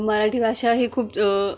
मराठी भाषा ही खूप ज